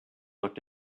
looked